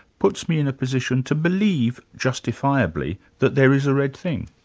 puts me in a position to believe justifiably, that there is a red thing?